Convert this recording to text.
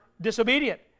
disobedient